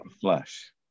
flesh